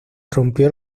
rompió